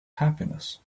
happiness